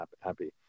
happy